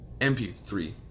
MP3